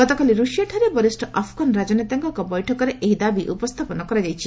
ଗତକାଲି ଋଷିଆଠାରେ ବରିଷ୍ଣ ଆଫ୍ଗାନ୍ ରାଜନେତାଙ୍କ ଏକ ବୈଠକରେ ଏହି ଦାବି ଉପସ୍ଥାପନ କରାଯାଇଛି